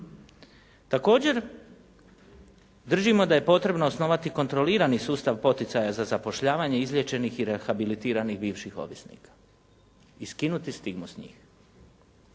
Također držimo da je potrebno osnovati kontrolirani sustav poticaja za zapošljavanje izliječenih i rehabilitiranih bivših ovisnika i skinuti stigmu s njih.